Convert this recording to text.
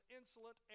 insolent